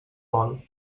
vol